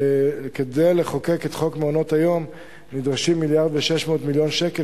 כדי לחוקק את חוק מעונות-היום נדרשים 1.6 מיליארד שקל,